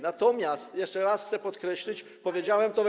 Natomiast, jeszcze raz chcę podkreślić - powiedziałem to we.